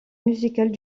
musicales